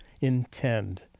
intend